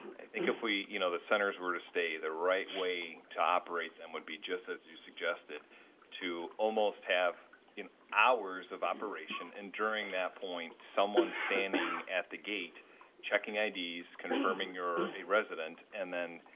think if we, you know, the centers were to stay the right way to operate them would be just as you suggested to almost have you know hours of operation and during that point someone standing at the gate checking ids, confirming you're a resident and then